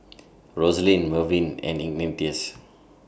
Roselyn Mervyn and Ignatius